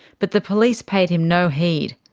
but the police paid him no heed.